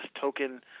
token